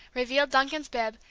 revealed duncan's bib,